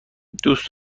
دوست